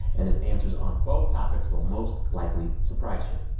and his answers on both topics will most likely surprise you.